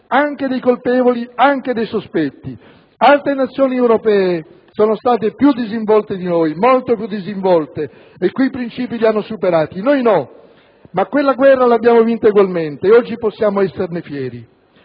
anche dei colpevoli, anche dei sospetti. Altre Nazioni europee sono state più disinvolte di noi, molto più disinvolte, e quei princìpi li hanno superati. Noi no, ma quella guerra l'abbiamo vinta egualmente ed oggi possiamo esserne fieri.